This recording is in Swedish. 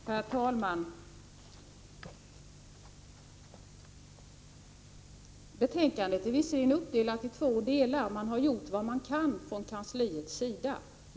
Herr talman! Betänkandet är visserligen uppdelat i två delar — man har gjort vad man har kunnat från kansliets sida.